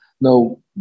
no